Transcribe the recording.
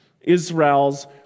Israel's